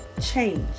change